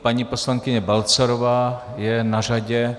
Paní poslankyně Balcarová je na řadě.